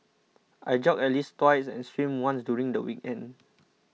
I jog at least twice and swim once during the weekend